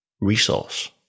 resource